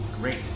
Great